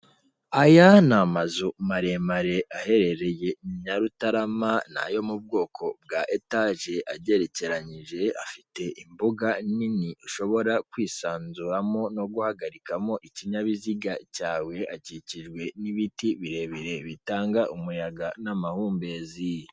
Aya ni amazu maremare aherereye Nyarutarama, ni ayo mu bwoko bwa etaje, agerekeranyije, afite imbuga nini, ushobora kwisanzuramo no guhagarikamo ikinyabiziga cyawe, akikijwe n'ibiti birebire bitanga umuyaga n'amahumbezi.